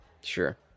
sure